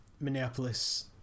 Minneapolis